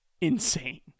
insane